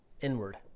inward